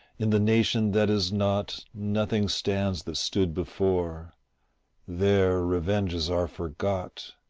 in the nation that is not nothing stands that stood before there revenges are forgot,